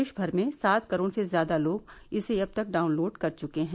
देश भर में सात करोड़ से ज्यादा लोग इसे अब तक डाउनलोड कर चुके हैं